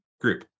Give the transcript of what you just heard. group